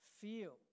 feel